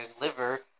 liver